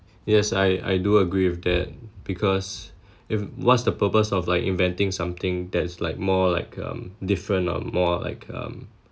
yes I I do agree with that because if what's the purpose of like inventing something that is like more like um different or more like um